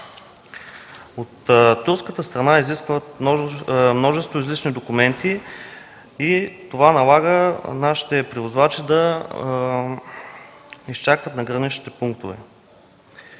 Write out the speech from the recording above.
От турската страна изискват множество излишни документи и това налага нашите превозвачи да изчакват на граничните пунктове.